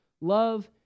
Love